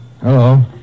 Hello